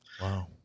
Wow